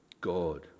God